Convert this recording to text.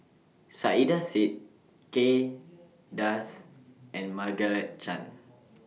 Saiedah Said Kay Das and Margaret Chan